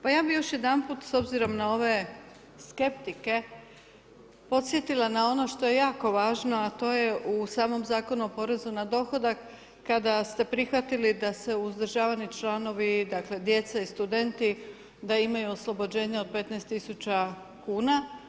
Pa ja bih još jedanput s obzirom na ove skeptike podsjetila na ono što je jako važno a to je u samom Zakonu o porezu na dohodak kada ste prihvatili da se uzdržavani članovi, dakle djeca i studenti da imaju oslobođenje od 15 tisuća kuna.